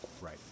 Right